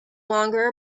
longer